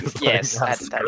Yes